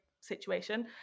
situation